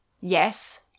Yes